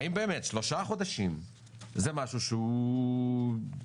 האם באמת שלושה חודשים זה משהו שהוא פיזיבילי?